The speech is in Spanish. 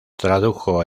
tradujo